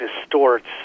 distorts